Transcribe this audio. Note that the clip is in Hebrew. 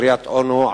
קריית-אונו,